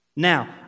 Now